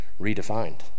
redefined